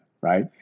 right